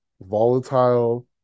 volatile